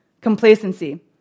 complacency